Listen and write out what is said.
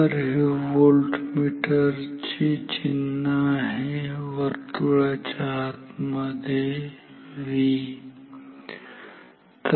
तर हे व्होल्टमीटर चे चिन्ह आहे वर्तुळाच्या आत मध्ये V